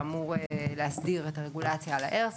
שאמור להסדיר את הרגולציה בתחום זה.